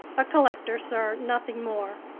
a collector, sir, nothing more.